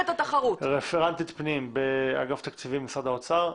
רכזת פנים באגף תקציבים במשרד האוצר.